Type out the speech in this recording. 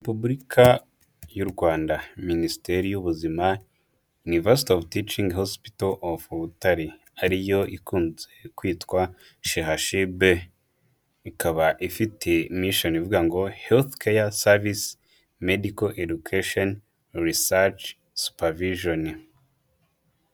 Repubulika y'u Rwanda. Minisiteri y'ubuzima, University of Teaching Hospital of Butare. Ariyo ikunze kwitwa CHUB. Ikaba ifite mission ivuga ngo: Health care Service Medical Education Research Supervision.